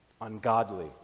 ungodly